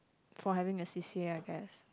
for having a C_C_A I guess